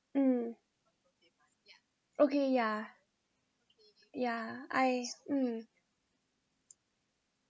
mm okay yeah yeah I mm